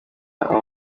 aho